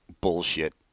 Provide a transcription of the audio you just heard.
bullshit